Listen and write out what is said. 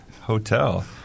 Hotel